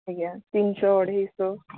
ଆଜ୍ଞା ତିନି ଶହ ଅଢ଼େଇଶ